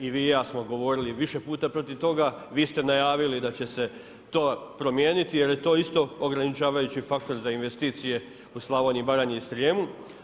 I vi i ja smo govorili više puta protiv toga, vi ste najavili da će se to promijeniti jer je to isto ograničavajući faktor za investicije u Slavoniji, Baranji i Srijemu.